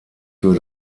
für